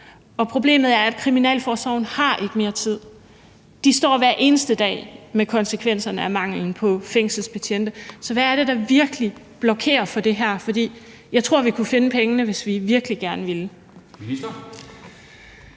og problemet er, at kriminalforsorgen ikke har mere tid. De står hver eneste dag med konsekvenserne af manglen på fængselsbetjente. Så hvad er det, der virkelig blokerer for det her? For jeg tror, vi kunne finde pengene, hvis vi virkelig gerne ville. Kl.